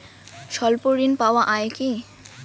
স্বল্প ঋণ পাওয়া য়ায় কি?